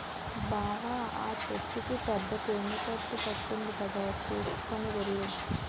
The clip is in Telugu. బావా ఆ చెట్టుకి పెద్ద తేనెపట్టు పట్టింది కదా చూసుకొని వెళ్ళు